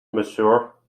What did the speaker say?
monsieur